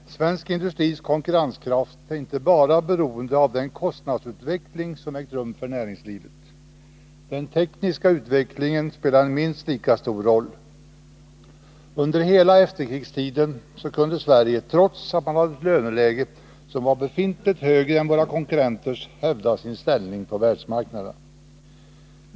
Herr talman! Svensk industris konkurrenskraft är inte bara beroende av den kostnadsutveckling som ägt rum för näringslivet. Den tekniska utvecklingen spelar en minst lika stor roll. Under hela efterkrigstiden kunde Sverige, trots ett löneläge som var betydligt högre än våra konkurrenters, hävda sin ställning på världsmarknaderna.